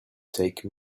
take